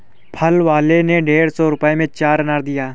फल वाले ने डेढ़ सौ रुपए में चार अनार दिया